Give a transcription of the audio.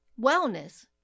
Wellness